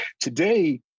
Today